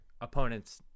opponent's